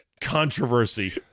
Controversy